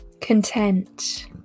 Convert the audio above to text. Content